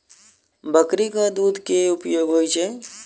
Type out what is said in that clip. बकरी केँ दुध केँ की उपयोग होइ छै?